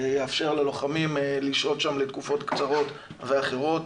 שיאפשר ללוחמים לשהות שם לתקופות קצרות ואחרות